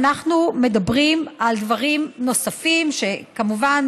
אנחנו מדברים על דברים נוספים שכמובן,